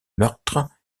meurtres